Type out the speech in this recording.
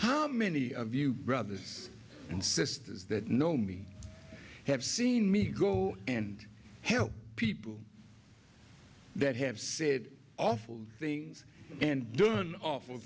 how many of you brothers and sisters that know me have seen me go and help people that have said awful things and do an awful